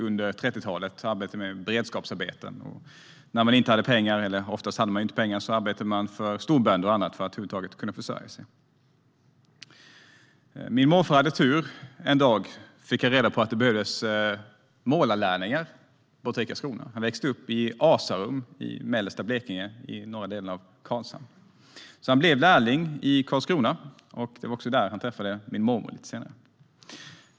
Under 30-talet arbetade man med beredskapsarbete. När man inte hade pengar - oftast hade man inte det - arbetade man för storbönder och andra för att över huvud taget kunna försörja sig. Min morfar hade tur. En dag fick han reda på att det behövdes målarlärlingar borta i Karlskrona. Han växte upp i Asarum i mellersta Blekinge, i den norra delen av Karlshamn. Han blev lärling i Karlskrona. Det var också där han träffade min mormor lite senare.